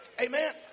Amen